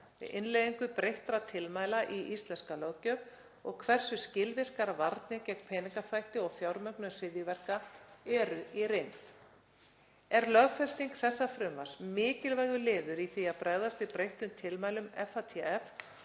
við inn¬leiðingu breyttra tilmæla í íslenska löggjöf og hversu skilvirkar varnir gegn peningaþvætti og fjármögnun hryðjuverka eru í reynd. Er lögfesting þessa frumvarps mikilvægur liður í því að bregðast við breyttum tilmælum FATF